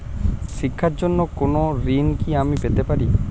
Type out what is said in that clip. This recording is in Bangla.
শিক্ষার জন্য কোনো ঋণ কি আমি পেতে পারি?